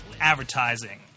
Advertising